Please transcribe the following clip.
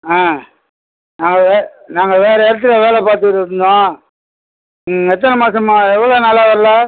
ஆ நாங்கள் வே நாங்கள் வேறு இடத்துல வேலை பார்த்துட்ருந்தோம் ம் எத்தனை மாதம்மா எவ்வளோ நாளாக வரல